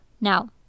Now